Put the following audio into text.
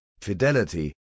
fidelity